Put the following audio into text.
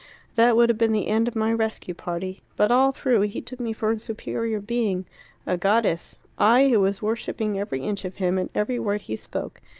that would have been the end of my rescue party. but all through he took me for a superior being a goddess. i who was worshipping every inch of him, and every word he spoke.